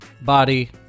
body